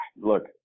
look